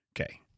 Okay